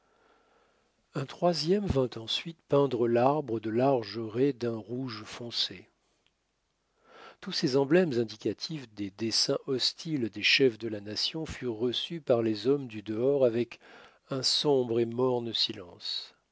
un troisième vint ensuite peindre l'arbre de larges raies d'un rouge foncé tous ces emblèmes indicatifs des desseins hostiles des chefs de la nation furent reçus par les hommes du dehors avec un sombre et morne silence